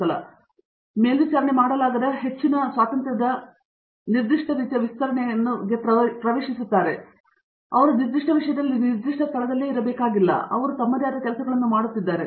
ಅವರು ಮೇಲ್ವಿಚಾರಣೆ ಮಾಡಲಾಗದ ಹೆಚ್ಚಿನ ಸ್ವಾತಂತ್ರ್ಯದ ನಿರ್ದಿಷ್ಟ ರೀತಿಯ ವಿಸ್ತರಣೆಗೆ ಅವರು ಪ್ರವೇಶಿಸುತ್ತಾರೆ ನಿರ್ದಿಷ್ಟ ವಿಷಯದಲ್ಲಿ ಅವರು ನಿರ್ದಿಷ್ಟ ಸ್ಥಳದಲ್ಲಿ ಇರಬೇಕಾಗಿಲ್ಲ ಇನ್ನು ಮುಂದೆ ಅವರು ತಮ್ಮದೇ ಆದ ಕೆಲಸಗಳನ್ನು ಮಾಡುತ್ತಿದ್ದಾರೆ